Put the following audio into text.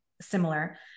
Similar